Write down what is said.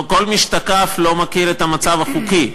כל מי שתקף לא מכיר את המצב החוקי.